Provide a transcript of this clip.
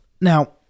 Now